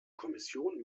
kommission